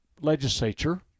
legislature